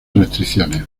restricciones